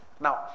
Now